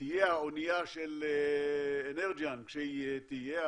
תהיה האונייה של אנרג'יאן כשהיא תהיה,